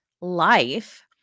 life